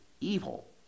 evil